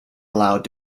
allowed